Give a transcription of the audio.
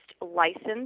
licensed